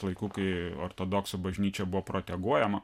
laikų kai ortodoksų bažnyčia buvo proteguojama